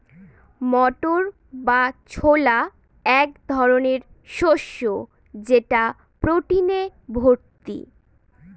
মটর বা ছোলা এক ধরনের শস্য যেটা প্রোটিনে ভর্তি